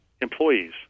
employees